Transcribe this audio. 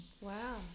Wow